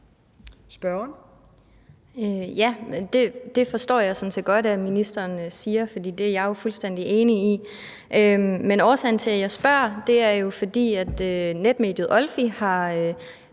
Berthelsen (SF): Det forstår jeg sådan set godt at ministeren siger, for det er jeg jo fuldstændig enig i, men årsagen til, at jeg spørger, er, at netmediet OLFI på